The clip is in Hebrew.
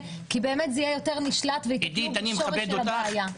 כי זה יהיה יותר נשלט ויטפלו בשורש הבעיה.